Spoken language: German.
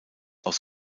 aus